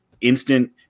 instant